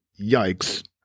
yikes